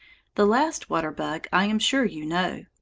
the last water-bug i am sure you know.